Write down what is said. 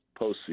postseason